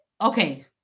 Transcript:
okay